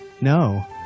no